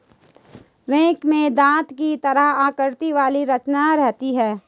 rake में दाँत की तरह आकृति वाली रचना रहती है